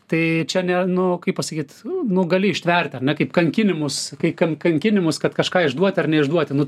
tai čia ne nu kaip pasakyt nu gali ištverti ar ne kaip kankinimus kai kankinimus kad kažką išduoti ar neišduoti nu